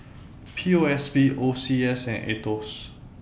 P O S B O C S and Aetos